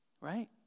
right